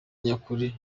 nyakuri